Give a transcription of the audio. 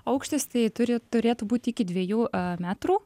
aukštis tai turi turėtų būti iki dviejų metrų